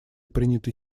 принятой